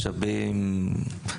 משאבים,